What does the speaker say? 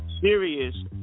serious